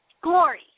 Glory